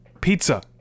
pizza